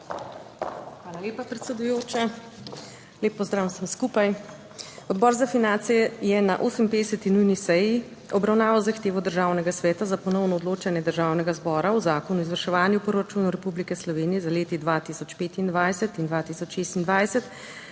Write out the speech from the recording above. Hvala lepa, predsedujoča. Lep pozdrav vsem skupaj! Odbor za finance je na 58. nujni seji obravnaval zahtevo Državnega sveta za ponovno odločanje Državnega zbora o Zakonu o izvrševanju proračunov Republike Slovenije za leti 2025 in 2026,